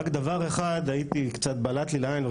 רק דבר אחד קצת בלט לי לעין.